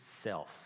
self